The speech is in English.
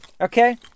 Okay